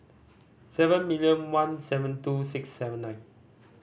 seven million one seven two six seven nine